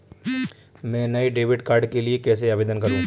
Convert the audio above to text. मैं नए debit card के लिए कैसे आवेदन करूं?